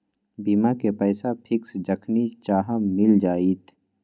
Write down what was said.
बीमा के पैसा फिक्स जखनि चाहम मिल जाएत?